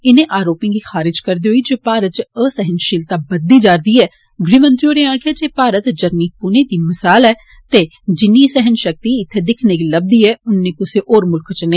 इने आरोपे गी खारज करदे होई जे भारत च असैहनषीलता बद्दी जा करदी ऐ गृहमंत्री होरे आक्खेआ जे भारत जरनीक पुने दी मसाल ऐ ते जिन्नी सैहन षक्ति इत्थें दिक्खने गी लबदी ऐ उन्नी कुसै होर मुल्खै च नेई